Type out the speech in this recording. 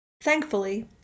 Thankfully